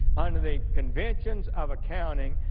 under the conventions of accounting,